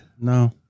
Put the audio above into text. No